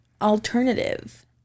alternative